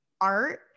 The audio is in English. art